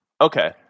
okay